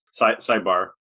sidebar